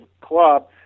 club